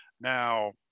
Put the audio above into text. Now